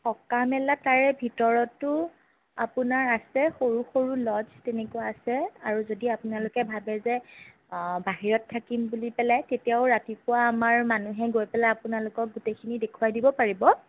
থকা মেলা তাৰে ভিতৰতো আপোনাৰ আছে সৰু সৰু ল'জ তেনেকুৱা আছে আৰু যদি আপোনালোকে ভাবে যে বাহিৰত থাকিম বুলি পেলাই তেতিয়াও ৰাতিপুৱা আমাৰ মানুহে গৈ পেলাই আপোনালোকক গোটেইখিনি দেখুৱাই দিব পাৰিব